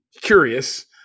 curious